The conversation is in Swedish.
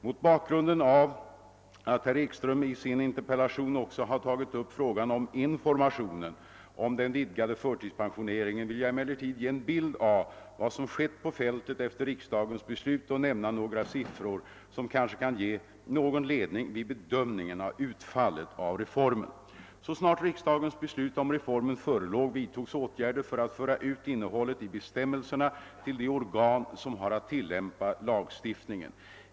Mot bakgrunden av att herr Ekström i sin interpellation också har tagit upp frågan om informationen om den vidgade förtidspensioneringen vill jag emellertid ge en bild av vad som skett på fältet efter riksdagens beslut och nämna några siffror, som kanske kan ge någon ledning vid bedömningen av utfallet av reformen. Så snart riksdagens beslut om reformen förelåg vidtogs åtgärder för att föra ut innehållet i bestämmelserna till de organ som har att tillämpa lagstiftningen.